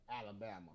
Alabama